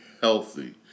healthy